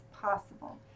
possible